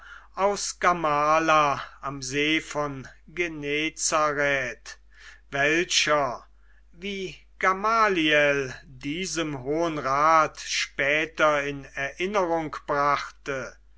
aus gamala am see von genezareth welcher wie gamaliel diesem hohen rat später in erinnerung brachte